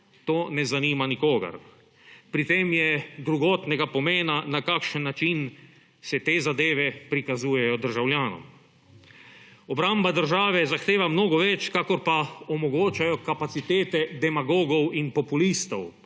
to ne zanima nikogar. Pri tem je drugotnega pomena, na kakšen način se te zadeve prikazujejo državljanom. Obramba države zahteva mnogo več, kakor pa omogočajo kapacitete demagogov in populistov.